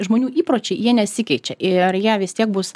žmonių įpročiai jie nesikeičia ir jie vis tiek bus